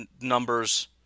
numbers